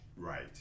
Right